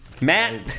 matt